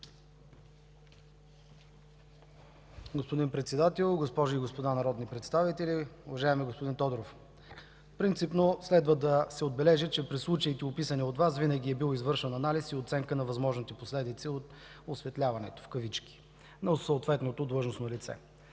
Господин Председател, госпожи и господа народни представители! Уважаеми господин Тодоров, принципно следва да се отбележи, че при случаите, описани от Вас, винаги е бил извършван анализ и оценка на възможните последици от „осветляването” на съответното длъжностно лице.